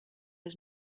was